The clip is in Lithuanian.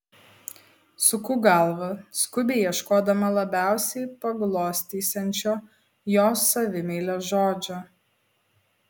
suku galvą skubiai ieškodama labiausiai paglostysiančio jos savimeilę žodžio